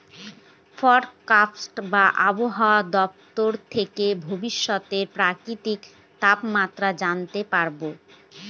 forecast বা আবহাওয়া দপ্তর থেকে ভবিষ্যতের প্রাকৃতিক তাপমাত্রা জানতে পারবো